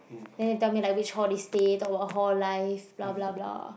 then it tell me like which hall they stay talk about hall life bla bla bla